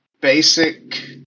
basic